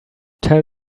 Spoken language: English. tell